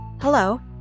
Hello